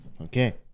Okay